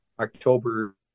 October